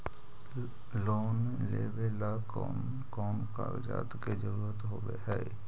Loan लेबे ला कौन कौन कागजात के जरुरत होबे है?